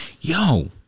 Yo